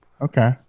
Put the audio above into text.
Okay